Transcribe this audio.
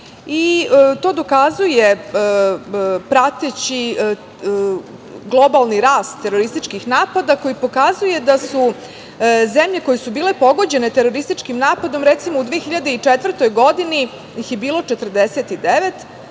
i to dokazuje prateći globalni rast terorističkih napada koji pokazuje da su zemlje koje su bile pogođene terorističkim napadom, recimo u 2004. godini ih je bilo 49,